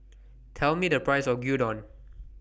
Tell Me The Price of Gyudon